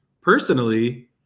Personally